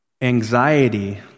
Anxiety